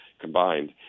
combined